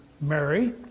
Mary